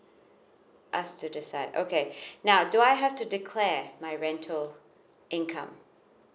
us to decide okay now do I have to declare my rental income